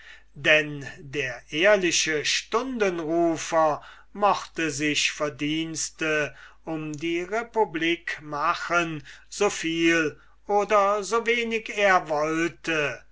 denn der ehrliche stundenrufer mochte sich verdienste um die republik machen so viel oder so wenig er wollte